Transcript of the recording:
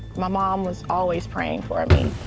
my mom was always praying for me.